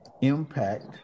impact